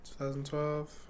2012